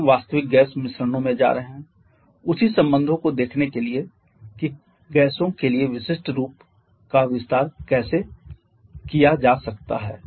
फिर हम वास्तविक गैस मिश्रणों में जा रहे हैं उसी संबंधों को देखने के लिए कि गैसों के लिए विशिष्ट रूप का विस्तार कैसे किया जा सकता है